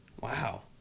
Wow